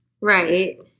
Right